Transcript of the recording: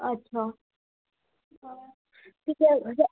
अच्छा ठीक आहे म्हणजे